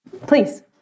Please